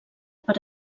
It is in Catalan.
per